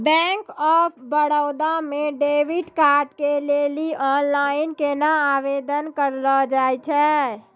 Bank of Baroda मे debit card के लेली आनलाइन केना आवेदन करलो जाय छै?